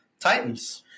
Titans